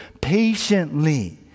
patiently